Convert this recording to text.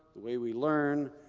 the way we learn,